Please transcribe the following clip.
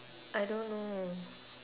I don't know